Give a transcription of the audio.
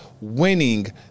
winning